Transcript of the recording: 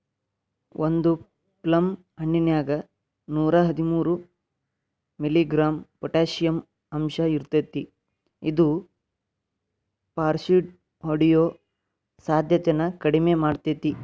ಒಂದು ಪ್ಲಮ್ ಹಣ್ಣಿನ್ಯಾಗ ನೂರಾಹದ್ಮೂರು ಮಿ.ಗ್ರಾಂ ಪೊಟಾಷಿಯಂ ಅಂಶಇರ್ತೇತಿ ಇದು ಪಾರ್ಷಿಹೊಡಿಯೋ ಸಾಧ್ಯತೆನ ಕಡಿಮಿ ಮಾಡ್ತೆತಿ